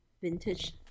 vintage